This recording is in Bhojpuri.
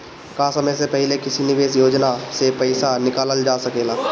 का समय से पहले किसी निवेश योजना से र्पइसा निकालल जा सकेला?